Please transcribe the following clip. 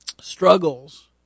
struggles